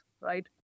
right